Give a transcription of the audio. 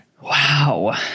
Wow